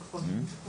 לפחות.